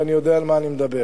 ואני יודע על מה אני מדבר.